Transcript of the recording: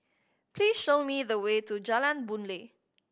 please show me the way to Jalan Boon Lay